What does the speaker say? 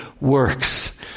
works